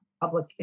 public